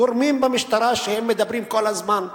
גורמים במשטרה שמדברים כל הזמן ומדליפים.